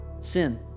Sin